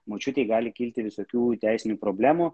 močiutei gali kilti visokių teisinių problemų